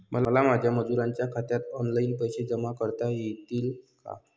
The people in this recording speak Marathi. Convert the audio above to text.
मला माझ्या मजुरांच्या खात्यात ऑनलाइन पैसे जमा करता येतील का?